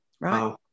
right